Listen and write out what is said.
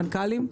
מנכ"לים,